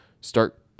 start